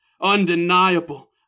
undeniable